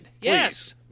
Yes